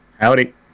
Howdy